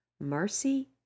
mercy